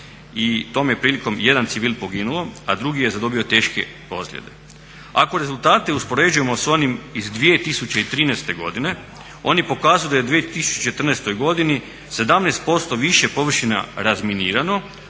i tom je prilikom jedan civil poginuo, a drugi je zadobio teške ozljede. Ako rezultate uspoređujemo s onim iz 2013. godine oni pokazuju da je u 2014. godini 17% više površina razminirano,